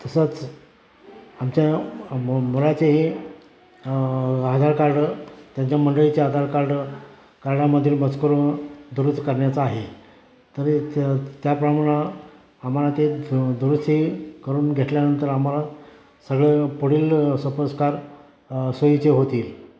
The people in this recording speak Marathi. तसंच आमच्या मुलाचेही आधार कार्ड त्यांच्या मंडळीचे आधार कार्ड कार्डामधील मजकूर दुरुस्त करण्याचा आहे तरी त्या त्याप्रमाणं आम्हाला ते दुरुस्ती करून घेतल्यानंतर आम्हाला सगळं पुढील सोपस्कार सोयीचे होतील